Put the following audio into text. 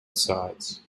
sides